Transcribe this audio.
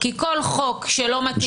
כי כל חוק שלא מתאים,